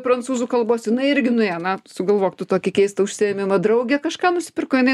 prancūzų kalbos jinai irgi nuėjo na sugalvok tu tokį keistą užsiėmimą draugė kažką nusipirko jinai